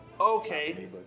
okay